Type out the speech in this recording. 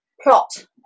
plot